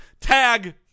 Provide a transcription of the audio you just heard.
tag